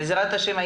בעזרת השם,